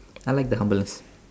I like the humbles